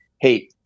hey